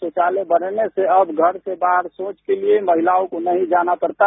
शौचालय बनने से अब घर के बाहर शौच ँके लिये महिलाओं को नहीं जाना पडता है